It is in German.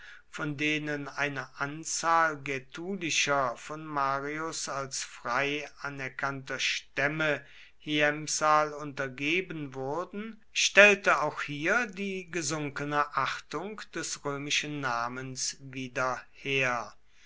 von denen eine anzahl gätulischer von marius als frei anerkannter stämme hiempsal untergeben wurden stellte auch hier die gesunkene achtung des römischen namens wieder her